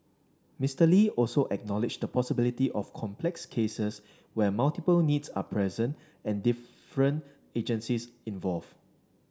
Mister Lee also acknowledged the possibility of complex cases where multiple needs are present and different agencies involved